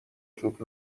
جود